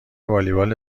والیبال